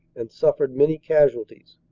and suffered many casual ties.